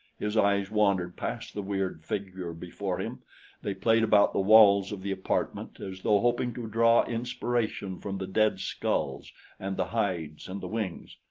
his eyes wandered past the weird figure before him they played about the walls of the apartment as though hoping to draw inspiration from the dead skulls and the hides and the wings,